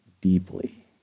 deeply